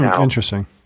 interesting